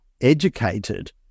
educated